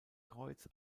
kreuz